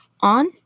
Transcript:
on